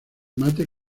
mate